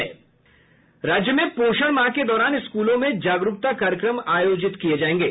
राज्य में पोषण माह के दौरान स्कूलों में जागरूकता कार्यक्रम आयोजित किये जायेंगे